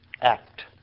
Act